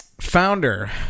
Founder